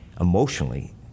emotionally